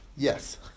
Yes